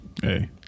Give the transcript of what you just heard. Hey